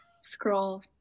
scroll